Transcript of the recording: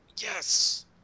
Yes